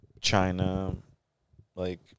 China-like